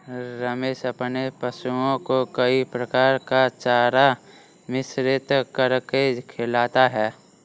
रमेश अपने पशुओं को कई प्रकार का चारा मिश्रित करके खिलाता है